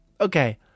Okay